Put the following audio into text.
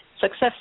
success